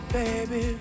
baby